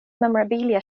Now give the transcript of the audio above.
memorabilia